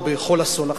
או בכל אסון אחר.